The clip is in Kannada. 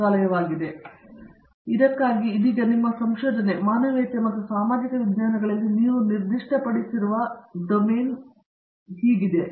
ರಾಜೇಶ್ ಕುಮಾರ್ ಇದಕ್ಕಾಗಿ ಇದೀಗ ನಿಮ್ಮ ಸಂಶೋಧನೆ ಮಾನವೀಯತೆ ಮತ್ತು ಸಾಮಾಜಿಕ ವಿಜ್ಞಾನಗಳಲ್ಲಿ ನೀವು ನಿರ್ದಿಷ್ಟಪಡಿಸಿದ ಡೊಮೇನ್ ಹೀಗಿದೆ